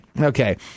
Okay